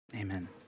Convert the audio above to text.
Amen